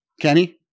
kenny